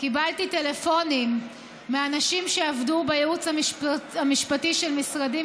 קיבלתי טלפונים מאנשים שעבדו בייעוץ המשפטי של משרדים